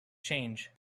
change